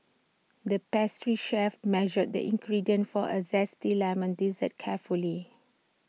the pastry chef measured the ingredients for A Zesty Lemon Dessert carefully